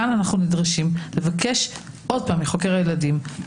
כאן אנחנו נדרשים לבקש עוד פעם מחוקר הילדים,